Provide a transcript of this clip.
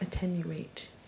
Attenuate